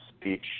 speech